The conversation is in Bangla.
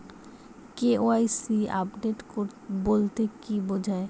কে.ওয়াই.সি আপডেট বলতে কি বোঝায়?